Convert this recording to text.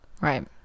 right